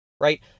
right